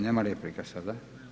Nema replika sada.